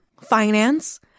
Finance